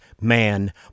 man